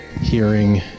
Hearing